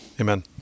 Amen